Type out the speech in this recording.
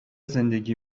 زندگی